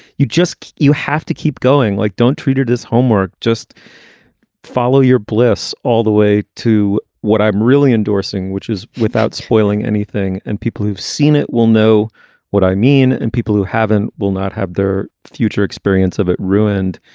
you just you have to keep going. like, don't treat it as homework just follow your bliss all the way to what i'm really endorsing, which is without spoiling anything. and people who've seen it will know what i mean. and people who haven't will not have their future experience of it ruined.